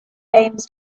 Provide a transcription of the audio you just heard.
aims